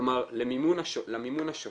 כלומר, למימון השוטף